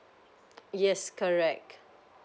yes correct